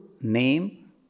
name